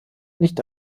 nicht